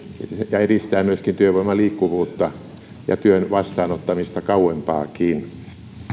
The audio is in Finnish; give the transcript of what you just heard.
ja edistää myöskin työvoiman liikkuvuutta ja työn vastaanottamista kauempaakin